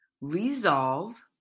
Resolve